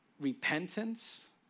repentance